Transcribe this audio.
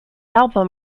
album